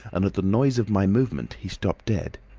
and at the noise of my movement he stopped dead.